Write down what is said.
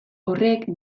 horrek